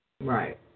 Right